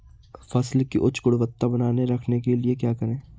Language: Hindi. फसल की उच्च गुणवत्ता बनाए रखने के लिए क्या करें?